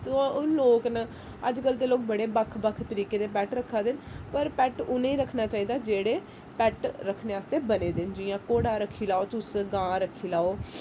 ते हून लोक न अज्जकल दे लोक बड़े बक्ख बक्ख तरीके दे पैट रक्खा दे न पर पैट उटनेंगी रक्खना चाहिदा जेह्ड़े पैट रक्खने आस्तै बने दे न जियां घोड़ा रक्खी लैओ तुस गां रक्खी लैओ